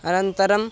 अनन्तरम्